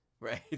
Right